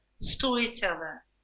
storyteller